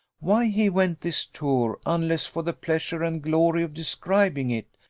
why he went this tour, unless for the pleasure and glory of describing it,